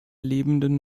lebenden